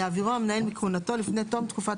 יעבירו המנהל מכהונתו לפני תום תקופת